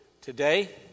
today